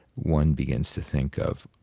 one begins to think of